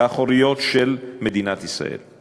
האחוריות של מדינת ישראל?